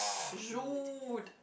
Jude